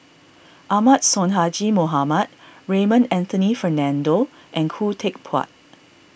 Ahmad Sonhadji Mohamad Raymond Anthony Fernando and Khoo Teck Puat